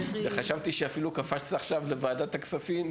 וחשבתי שאפילו עכשיו קפצת לוועדת הכספים,